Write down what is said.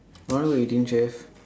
I want go eighteen chef